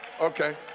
okay